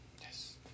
Yes